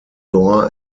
door